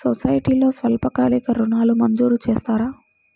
సొసైటీలో స్వల్పకాలిక ఋణాలు మంజూరు చేస్తారా?